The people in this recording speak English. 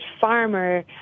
farmer